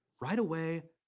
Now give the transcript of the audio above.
right away,